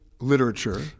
literature